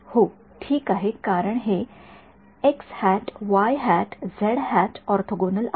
हो ठीक आहे कारण हे ऑर्थोगोनल आहेत